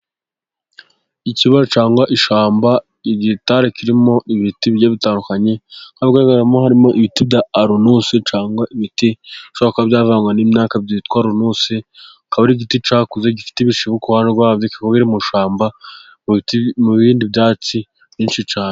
Ikiba cyangwa ishyamba igitare kirimo ibiti bigiye bitandukanye, aho hagaragaramo harimo ibiti bya arunusi ,ibiti bishoboka byavangwa n'imyaka byitwa ronusi igiti cyakuze gifite ibishiko bikaba biri mushamba mu bindi byatsi byinshi cyane.